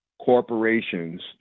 corporations